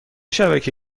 شبکه